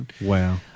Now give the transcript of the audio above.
Wow